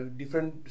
different